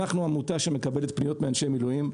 אנחנו עמותה שמקבלת פניות מאנשי מילואים.